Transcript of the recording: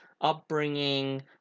upbringing